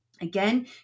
Again